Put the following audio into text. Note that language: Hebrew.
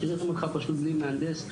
משאירים אותך פשוט בלי מהנדס,